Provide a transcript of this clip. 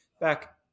back